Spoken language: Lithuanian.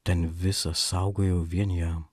ten visa saugojau vien jam